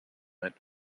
moment